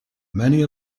many